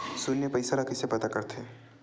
शून्य पईसा ला कइसे पता करथे?